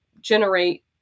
generate